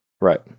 Right